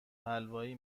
حلوایی